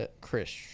Chris